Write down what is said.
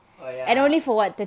oh ya